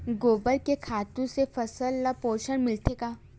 गोबर के खातु से फसल ल पोषण मिलथे का?